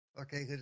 Okay